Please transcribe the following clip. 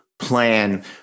plan